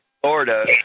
Florida